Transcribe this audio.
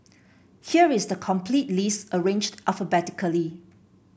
here is the complete list arranged alphabetically